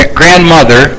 grandmother